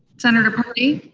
senator paradee?